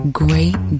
great